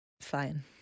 Fine